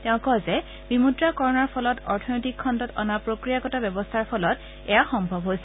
তেওঁ কয় যে বিমুদ্ৰাকৰণৰ ফলত অৰ্থনৈতিক খণ্ডত অনা প্ৰফ্ৰিয়াগত ব্যৱস্থাৰ ফলত এয়া সম্ভৱ হৈছে